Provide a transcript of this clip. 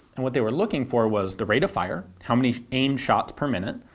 and what they were looking for was the rate of fire, how many aimed shots per minute,